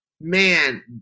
man